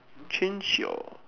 change your